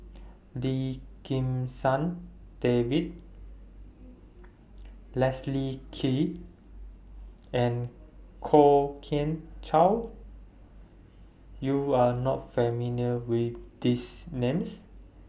Lim Kim San David Leslie Kee and Kwok Kian Chow YOU Are not familiar with These Names